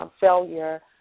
failure